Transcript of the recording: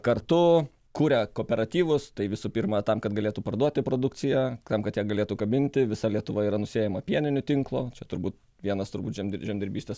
kartu kuria kooperatyvus tai visų pirma tam kad galėtų parduoti produkciją tam kad ją galėtų kabinti visa lietuva yra nusėjama pieninių tinklo čia turbūt vienas turbūt žemdirbystės